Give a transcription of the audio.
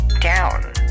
down